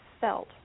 felt